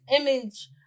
image